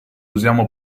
usiamo